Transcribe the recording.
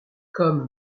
comme